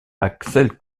axel